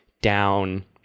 down